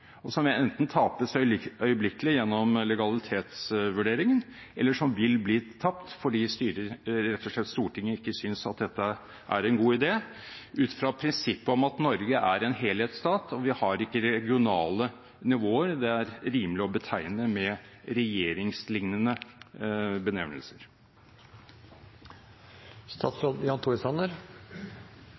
som enten tapes øyeblikkelig gjennom legalitetsvurderingen, eller som vil bli tapt fordi først og fremst Stortinget ikke synes at dette er en god idé ut fra prinsippet om at Norge er en helhetsstat? Vi har ikke regionale nivåer som det er rimelig å betegne med regjeringslignende benevnelser.